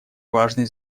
важной